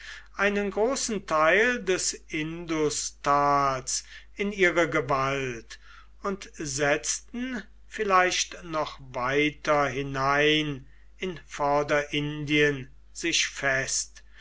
einen großen teil des industals in ihre gewalt und setzten vielleicht noch weiter hinein in vorderindien sich fest